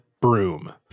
broom